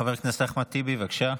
חבר הכנסת אחמד טיבי, בבקשה.